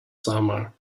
summer